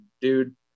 dude